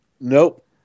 Nope